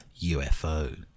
UFO